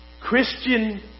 Christian